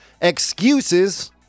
excuses